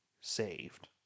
saved